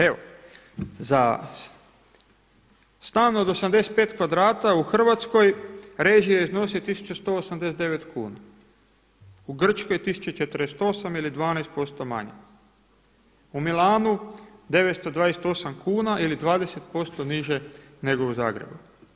Evo za stan od 85 kvadrata u Hrvatskoj režije iznose 1189 kuna, u Grčkoj 1048 ili 12% manje, u Milanu 928 kuna ili 20% niže nego u Zagrebu.